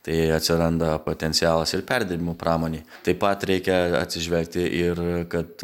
tai atsiranda potencialas ir perdirbimo pramonėj taip pat reikia atsižvelgti ir kad